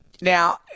now